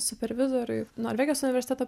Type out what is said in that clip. supervizoriui norvegijos universiteto